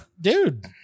dude